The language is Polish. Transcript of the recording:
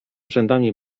rzędami